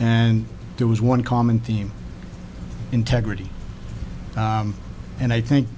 and there was one common theme integrity and i think